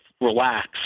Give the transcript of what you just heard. relax